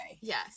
Yes